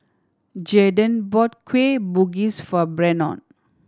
Jaeden brought Kueh Bugis for Brennon